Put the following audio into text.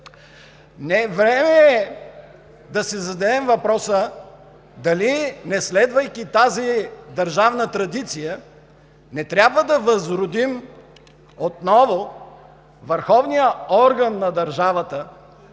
Време е да си зададем въпроса: дали, не следвайки тази държавна традиция, не трябва да възродим отново върховния орган на държавата,